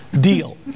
Deal